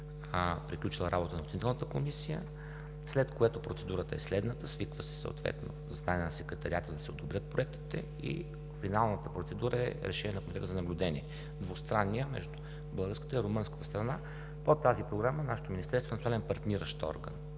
приключила работа на оценителната комисия, след което процедурата е следната: свиква се заседание на секретариата да се одобрят проектите и финалната процедура е решение на Комитета за наблюдение – двустранния, между българската и румънската страна. По тази програма нашето Министерство е партниращ орган,